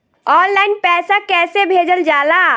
Online पैसा कैसे भेजल जाला?